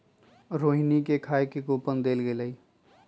रोहिणी के खाए के कूपन देल गेलई